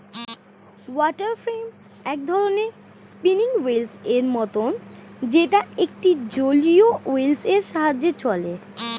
water frame এক ধরণের spinning wheel এর মতন যেটা একটা জলীয় হুইল এর সাহায্যে চলে